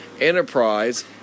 enterprise